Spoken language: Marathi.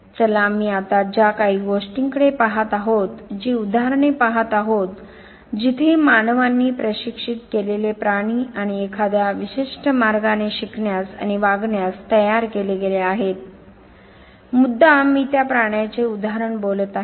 चला मी आता ज्या काही गोष्टींकडे पाहत आहोत जी उदाहरणे पहात आहोत जिथे मानवांनी प्रशिक्षित केलेले प्राणी आणि एखाद्या विशिष्ट मार्गाने शिकण्यास आणि वागण्यास तयार केले गेले आहेत मुद्दाम मी त्या प्राण्याचे उदाहरण बोलत आहे